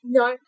no